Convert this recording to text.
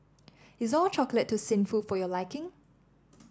is All Chocolate too sinful for your liking